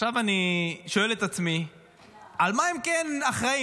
עכשיו אני שואל את עצמי על מה הם כן אחראיים?